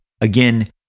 again